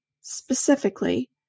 specifically